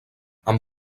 amb